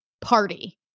party